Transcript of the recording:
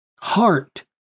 heart